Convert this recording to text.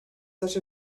such